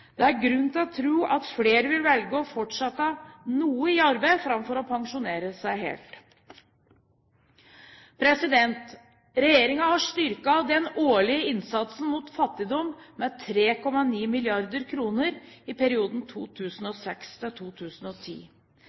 Det er grunn til å tro at flere vil velge å fortsette noe i arbeid framfor å pensjonere seg helt. Regjeringen har styrket den årlige innsatsen mot fattigdom med 3,9 mrd. kr i perioden